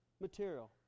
material